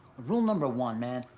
rule number one, man,